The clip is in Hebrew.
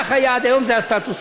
כך היה עד היום, זה הסטטוס-קוו.